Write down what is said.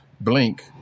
Blink